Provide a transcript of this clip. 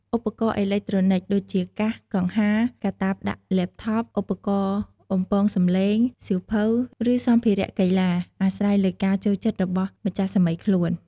ឧបករណ៍អេឡិចត្រូនិកដូចជា កាស កង្ហា កាតាបដាក់ laptop ឧបករណ៍បំពងសម្លេង សៀវភៅ ឬសម្ភារៈកីឡា: អាស្រ័យលើការចូលចិត្តរបស់ម្ចាស់សាមីខ្លួន។